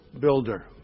builder